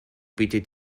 bietet